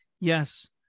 yes